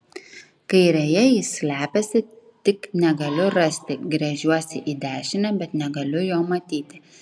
kairėje jis slepiasi tik negaliu rasti gręžiuosi į dešinę bet negaliu jo matyti